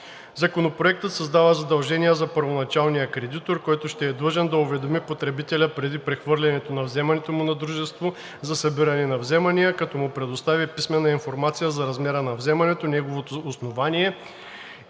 Законопроектът създава задължения за първоначалния кредитор, който ще е длъжен да уведоми потребителя преди прехвърлянето на вземането му на дружество за събиране на вземания, като му предостави писмена информация за размера на вземането, неговото основание,